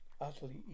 Utterly